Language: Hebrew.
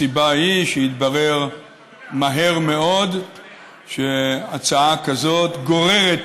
הסיבה היא שהתברר מהר מאוד שהצעה כזאת גוררת